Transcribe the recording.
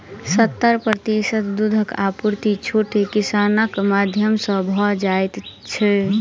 सत्तर प्रतिशत दूधक आपूर्ति छोट किसानक माध्यम सॅ भ जाइत छै